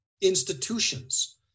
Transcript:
institutions